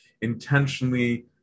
intentionally